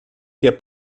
der